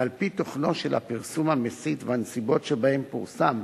ועל-פי תוכנו של הפרסום המסית והנסיבות שבהן פורסם,